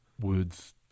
words